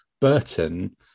Burton